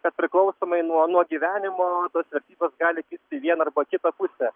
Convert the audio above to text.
kad priklausomai nuo nuo gyvenimo tos vertybės gali kisti į vieną arba kitą pusę